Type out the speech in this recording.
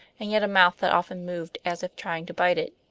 and yet a mouth that often moved as if trying to bite it.